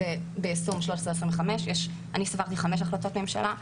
ביישום 1325. אני ספרתי חמש החלטות ממשלה.